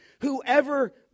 whoever